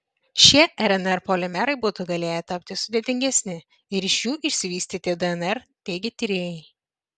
šie rnr polimerai būtų galėję tapti sudėtingesni ir iš jų išsivystyti dnr teigia tyrėjai